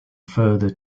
further